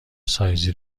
سایزی